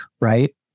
right